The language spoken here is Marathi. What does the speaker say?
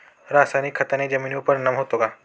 रासायनिक खताने जमिनीवर परिणाम होतो का?